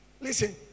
Listen